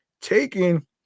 taking